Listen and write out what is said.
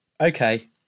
Okay